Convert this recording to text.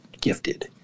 gifted